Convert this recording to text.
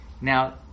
Now